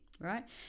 right